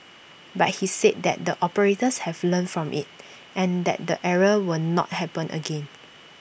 but he said that the operators have learnt from IT and that the error will not happen again